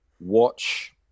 watch